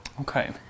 Okay